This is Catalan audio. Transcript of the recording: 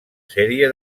sèrie